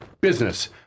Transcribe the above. business